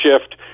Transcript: shift